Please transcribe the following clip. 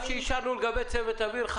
מה שאישרנו לגבי צוות אוויר,